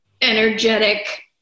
energetic